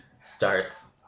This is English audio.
starts